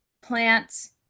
plants